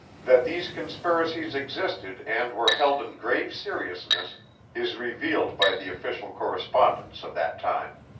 that these conspiracies existed and were held in grave seriousness is revealed by the official correspondence of that time.